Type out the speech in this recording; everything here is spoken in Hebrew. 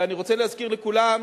ואני רוצה להזכיר לכולם,